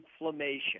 inflammation